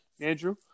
Andrew